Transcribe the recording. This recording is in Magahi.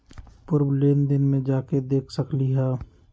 पूर्व लेन देन में जाके देखसकली ह?